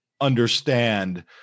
understand